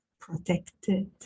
protected